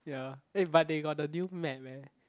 ya eh but they got the new map eh